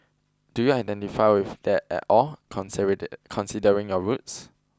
do you identify with that at all considering your roots